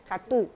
satu